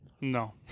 No